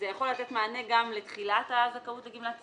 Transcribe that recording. זה יכול לתת מענה גם לתחילת הזכאות לגמלת סיעוד,